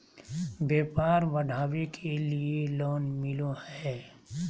व्यापार बढ़ावे के लिए लोन मिलो है?